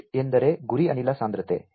input ಎಂದರೆ ಗುರಿ ಅನಿಲ ಸಾಂದ್ರತೆ